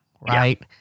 right